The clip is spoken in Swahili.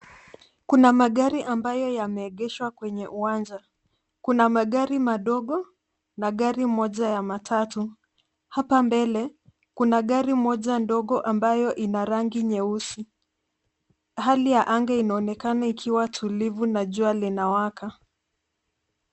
Kuna magari ambayo yameegeshwa kwenye uwanja, kuna magari madogo na gari moja ya matatu. Hapa mbele kuna gari moja ndogo ambayo ina rangi nyeusi. Hali ya anga inaonekana ikiwatulivu na jua linawaka.